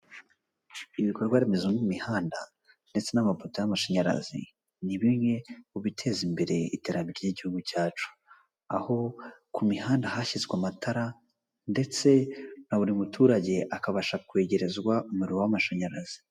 Ibikorwaremezo nk'imihanda ndetse n'amapoto y'amashanyarazi ni bimwe mu biteza imbere iterambere ry'igihugu cyacu, aho ku mihanda hashyizwe amatara ndetse na buri muturage akabasha kwegerezwa umuriro w'amashanyarazi.